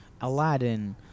Aladdin